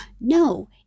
No